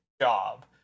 job